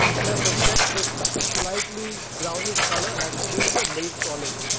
and i suspect this slightly brownish colour has to do with the milk solids.